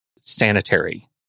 sanitary